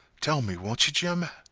tell me, won't you, jim?